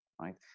right